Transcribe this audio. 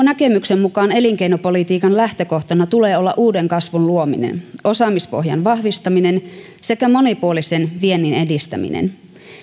näkemyksen mukaan elinkeinopolitiikan lähtökohtana tulee olla uuden kasvun luominen osaamispohjan vahvistaminen sekä monipuolisen viennin edistäminen